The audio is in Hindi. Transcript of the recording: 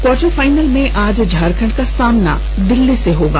क्वार्टर फाइनल में आज झारखंड का सामना दिल्ली से होगा